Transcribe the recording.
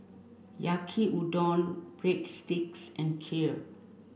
Yaki Udon Breadsticks and Kheer